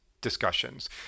discussions